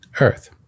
Earth